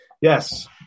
Yes